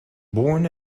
born